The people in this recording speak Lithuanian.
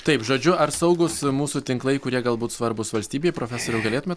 taip žodžiu ar saugūs mūsų tinklai kurie galbūt svarbūs valstybei profesoriau galėtumėt